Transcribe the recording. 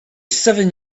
seven